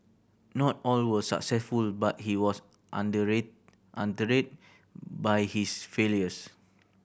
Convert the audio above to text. not all were successful but he was under read undeterred by his failures